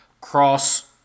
cross